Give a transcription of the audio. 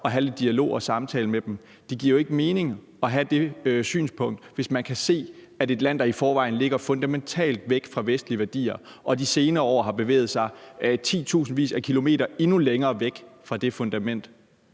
at have lidt dialog og samtale med dem. Det giver jo ikke mening at have det synspunkt, hvis man kan se, at det er et land, der i forvejen fundamentalt ligger langt væk fra vestlige værdier og de senere år har bevæget sig titusindvis af kilometer endnu længere væk fra det fundament.